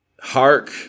Hark